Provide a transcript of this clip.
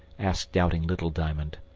asked doubting little diamond.